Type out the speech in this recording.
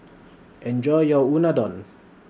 Enjoy your Unadon